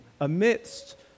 amidst